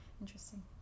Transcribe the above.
Interesting